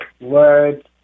words